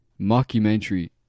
mockumentary